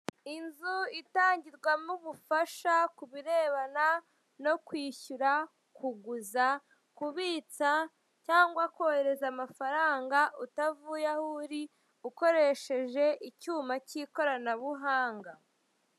Inzu itangirwamo ubufasha ku birebana no kwishyura kuguza kubitsa cyangwa kohereza amafaranga utavuye aho uri ukoresheje icyuma k'ikoranabuhanga.